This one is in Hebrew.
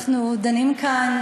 אנחנו דנים כאן,